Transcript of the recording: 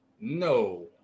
No